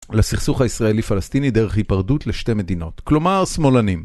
לסכסוך הישראלי-פלסטיני דרך היפרדות לשתי מדינות, כלומר, שמאלנים.